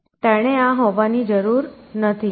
તેણે આ હોવાની જરૂર નથી